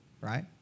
right